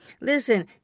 Listen